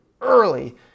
early